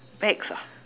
bags ah